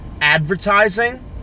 advertising